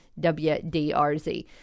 WDRZ